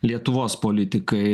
lietuvos politikai